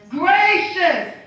gracious